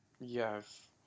Yes